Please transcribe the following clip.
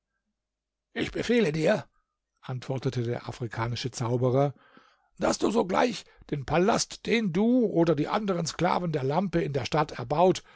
ich befehle dir antwortete der afrikanische zauberer daß du augenblicklich den palast den du oder die anderen sklaven der lampe in der stadt erbaut